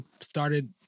started